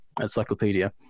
encyclopedia